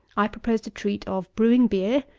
i propose to treat of brewing beer,